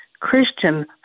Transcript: Christian